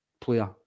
player